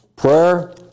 Prayer